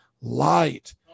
light